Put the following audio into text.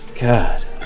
God